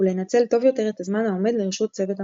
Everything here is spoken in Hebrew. ולנצל טוב יותר את הזמן העומד לרשות צוות המסוק.